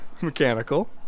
Mechanical